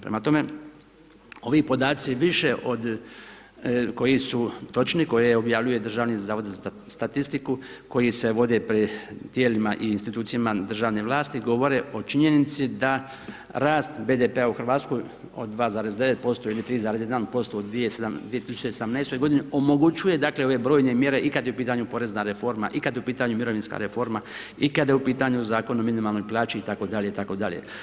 Prema tome, ovi podaci više od koji su točni koji objavljuju Državni zavod za statistiku, koji se vode pred tijelima i institucijama državne vlasti, govore o činjenici da rast BDP-a u Hrvatskoj od 2,9% ili 3,1% u … godini omogućuje ove brojne mjere i kada je u pitanju porezna reforma i kada je u pitanju mirovinska reforma i kada je u pitanju Zakon o minimalnoj plaći itd. itd.